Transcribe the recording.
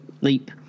Leap